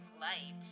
light